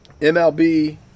MLB